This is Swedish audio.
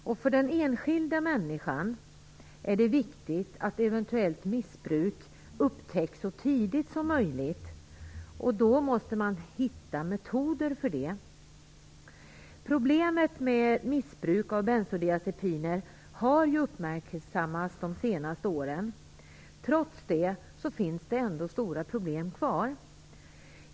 För den enskilda människan är det viktigt att eventuellt missbruk upptäcks så tidigt som möjligt. Då måste man hitta metoder för det. Problemet med missbruk av bensodiazepiner har uppmärksammats de senaste åren. Trots det finns stora problem kvar.